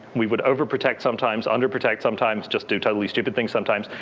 we would overprotect sometimes, under protect sometimes, just do totally stupid things sometimes.